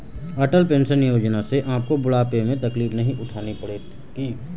अटल pension Yojana से आपको बुढ़ापे में तकलीफ नहीं उठानी पड़ेगी